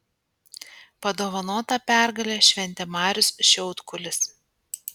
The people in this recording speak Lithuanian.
padovanotą pergalę šventė marius šiaudkulis